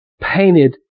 painted